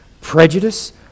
prejudice